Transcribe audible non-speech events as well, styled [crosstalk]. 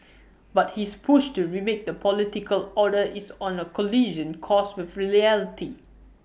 [noise] but his push to remake the political order is on A collision course with reality